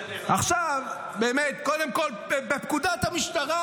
עכשיו, באמת, קודם כול, על פי פקודת המשטרה,